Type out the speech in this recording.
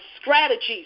strategies